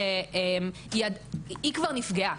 היא אמרה ש"היא כבר נפגעה",